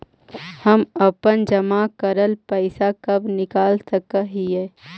हम अपन जमा करल पैसा कब निकाल सक हिय?